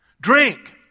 Drink